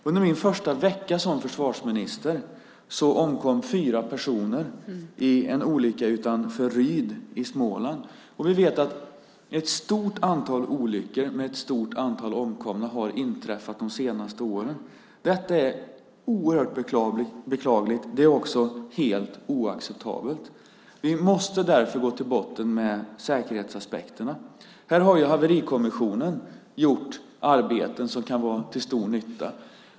Under min första vecka som försvarsminister omkom fyra personer i en olycka utanför Ryd i Småland. Vi vet att ett stort antal olyckor med ett stort antal omkomna har inträffat de senaste åren. Detta är oerhört beklagligt. Det är också helt oacceptabelt. Vi måste därför gå till botten med säkerhetsaspekterna. Här har Haverikommissionen utfört arbeten som kan vara till stor nytta.